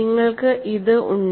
നിങ്ങൾക്ക് ഇത് ഉണ്ട്